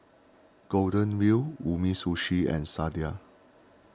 Golden Wheel Umisushi and Sadia